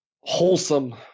wholesome